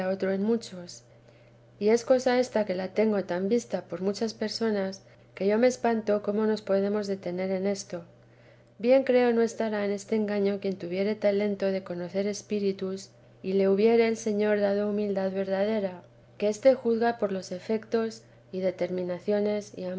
que a otro en mucfi cosa ésta que la tengo tan vista por muchas persoí que yo me espanto cómo nos podemos detener en e bien creo no estará en este engaño quien tuviere talento de conocer espíritus y le hubiera dado el señor humildad verdadera que éste juzga por los efectos y determinaciones y